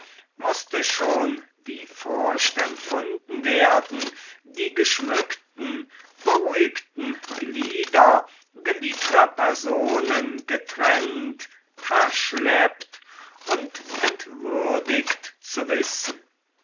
mußte schon die furcht empfunden werden die geschmückten beruhigten glieder geliebter personen getrennt verschleppt und entwürdigt zu wissen